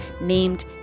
named